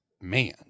man